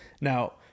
Now